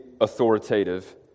authoritative